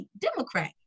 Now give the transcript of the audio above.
Democrat